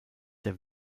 der